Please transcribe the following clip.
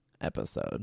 episode